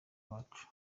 wacu